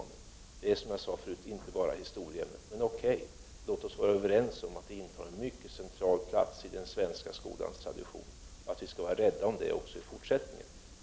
Det är, som jag sade förut, inte bara historieämnet. Men, O.K., låt oss vara överens om att det intar en mycket central plats i den svenska skolans tradition, och att vi skall vara rädda om det ämnet också i fortsättningen.